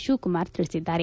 ಶಿವಕುಮಾರ್ ತಿಳಿಸಿದ್ದಾರೆ